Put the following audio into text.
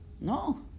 No